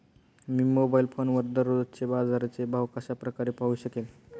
मी mobile फोनवर दररोजचे बाजाराचे भाव कशा प्रकारे पाहू शकेल?